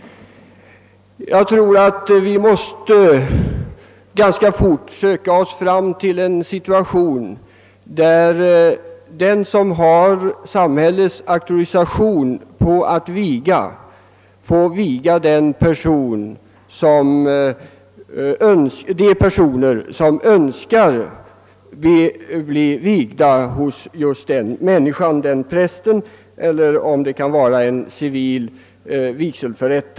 Jag tror att vi ganska fort måste söka få till stånd en sådan ordning att den som har samhällets auktorisation på att viga får viga de personer som önskar bli vigda just av ifrågavarande vigselförrättare, vare sig det är en präst eller en civil vigselförrättare.